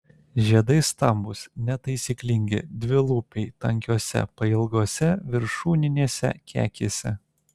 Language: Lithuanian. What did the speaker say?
žiedai stambūs netaisyklingi dvilūpiai tankiose pailgose viršūninėse kekėse